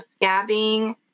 scabbing